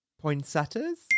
poinsettias